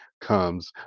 comes